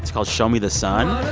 called show me the sun.